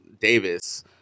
davis